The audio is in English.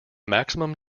maximum